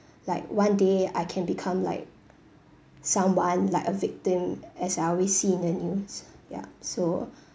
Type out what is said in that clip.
like one day I can become like someone like a victim as I always see in the news yup so